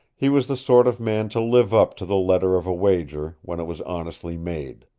he was the sort of man to live up to the letter of a wager, when it was honestly made.